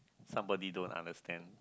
somebody don't understand